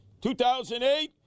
2008